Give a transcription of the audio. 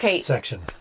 section